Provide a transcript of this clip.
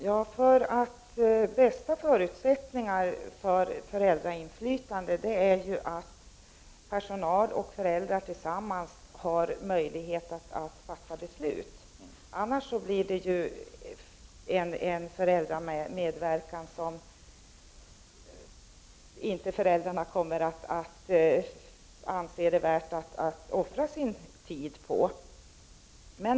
Herr talman! Den bästa förutsättningen för föräldrainflytande är ju då personal och föräldrar tillsammans har möjlighet att fatta beslut. Annars blir det ju en föräldramedverkan, som föräldrarna inte kommer att anse det värt att offra tid på.